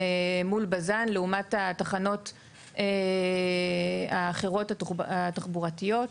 מול בז"ן לעומת התחנות האחרות התחבורתיות.